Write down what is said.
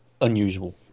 Unusual